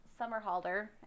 Summerhalder